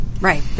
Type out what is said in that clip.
Right